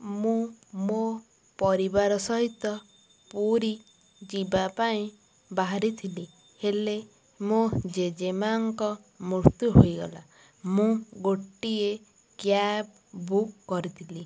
ମୁଁ ମୋ ପରିବାର ସହିତ ପୁରୀ ଯିବାପାଇଁ ବାହାରିଥିଲି ହେଲେ ମୋ ଜେଜେମାଙ୍କ ମୃତ୍ୟୁ ହୋଇଗଲା ମୁଁ ଗୋଟିଏ କ୍ୟାବ୍ ବୁକ୍ କରିଥିଲି